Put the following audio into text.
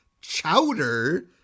Chowder